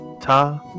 ta